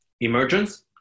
emergence